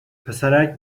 پسرک